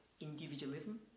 individualism